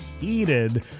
heated